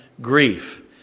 grief